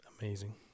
Amazing